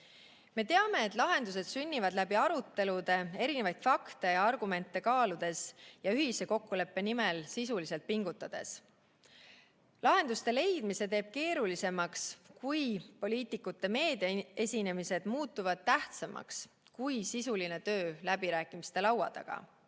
Me teame, et lahendused sünnivad läbi arutelude, erinevaid fakte ja argumente kaaludes ja ühise kokkuleppe nimel sisuliselt pingutades. Lahenduste leidmise teeb keerulisemaks, kui poliitikute meediaesinemised muutuvad tähtsamaks kui sisuline töö läbirääkimiste laua taga.